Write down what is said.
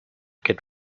get